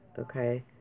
okay